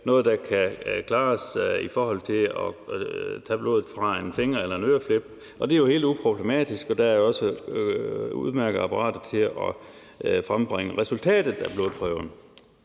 noget, der kan klares ved at tage blod fra en finger eller en øreflip, og det er jo helt uproblematisk. Der er jo også udmærkede apparater til at frembringe resultatet af blodprøven.